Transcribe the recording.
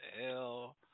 hell